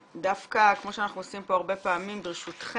דווקא כפי שאנחנו עושים כאן הרבה פעמים ברשותכם,